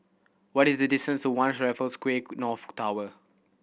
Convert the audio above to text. what is the distance to One Raffles Quay North Tower